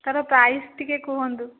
ତା'ର ପ୍ରାଇସ୍ ଟିକିଏ କୁହନ୍ତୁ